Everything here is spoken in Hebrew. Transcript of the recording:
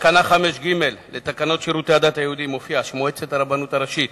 בתקנה 5ג לתקנות שירותי הדת היהודיים נאמר שמועצת הרבנות הראשית